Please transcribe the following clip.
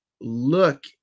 look